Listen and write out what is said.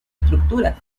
estructuras